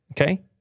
okay